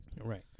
Right